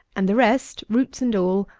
and the rest, roots and all,